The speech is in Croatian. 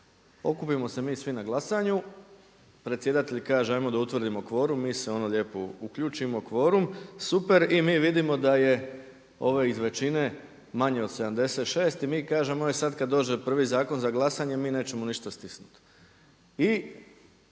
Okupimo se mi svi na glasanju, predsjedatelj kaže 'ajmo da utvrdimo kvorum, mi se ono lijepo uključimo, kvorum, super i mi vidimo da je ovih iz većine manje od 76 i mi kažemo e sada kada dođe prvi zakon za glasanje mi nećemo ništa stisnuti.